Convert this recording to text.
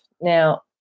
Now